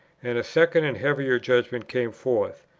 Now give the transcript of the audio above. and a second and heavier judgment came forth.